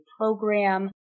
program